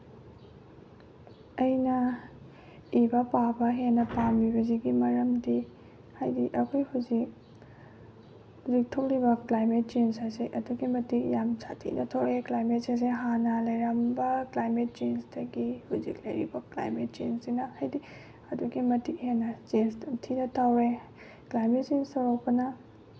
ꯑꯩꯅ ꯏꯕ ꯄꯥꯕ ꯍꯦꯟꯅ ꯄꯥꯝꯃꯤꯕꯁꯤꯒꯤ ꯃꯔꯝꯗꯤ ꯍꯥꯏꯗꯤ ꯑꯩꯈꯣꯏ ꯍꯧꯖꯤꯛ ꯍꯧꯖꯤꯛ ꯊꯣꯛꯂꯤꯕ ꯀ꯭ꯂꯥꯏꯃꯦꯠ ꯆꯦꯟꯖ ꯑꯁꯦ ꯑꯗꯨꯛꯀꯤ ꯃꯇꯤꯛ ꯌꯥꯝ ꯁꯥꯊꯤꯅ ꯊꯣꯛꯑꯦ ꯀ꯭ꯂꯥꯏꯃꯦꯠ ꯆꯦꯟꯖꯁꯦ ꯍꯥꯟꯅ ꯂꯩꯔꯝꯕ ꯀ꯭ꯂꯥꯏꯃꯦꯠ ꯆꯦꯟꯖꯇꯒꯤ ꯍꯧꯖꯤꯛ ꯂꯩꯔꯤꯕ ꯀ꯭ꯂꯥꯏꯃꯦꯠ ꯆꯦꯟꯖꯁꯤꯅ ꯍꯥꯏꯗꯤ ꯑꯗꯨꯛꯀꯤ ꯃꯇꯤꯛ ꯍꯦꯟꯅ ꯆꯦꯟꯖꯇꯣ ꯊꯤꯅ ꯇꯧꯔꯦ ꯀ꯭ꯂꯥꯏꯃꯦꯠ ꯆꯦꯟꯖ ꯇꯧꯔꯛꯄꯅ